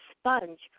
sponge